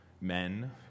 men